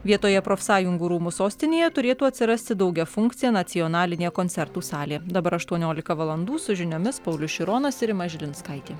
vietoje profsąjungų rūmų sostinėje turėtų atsirasti daugiafunkcė nacionalinė koncertų salė dabar aštuoniolika valandų su žiniomis paulius šironas ir rima žilinskaitė